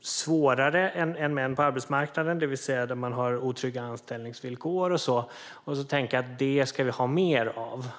svårare än män på arbetsmarknaden, det vill säga där man har otrygga anställningsvillkor och sådant, och tänka: Det ska vi ha mer av.